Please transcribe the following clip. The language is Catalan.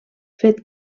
fet